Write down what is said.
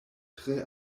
tre